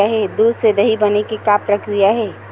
दूध से दही बने के का प्रक्रिया हे?